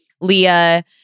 Leah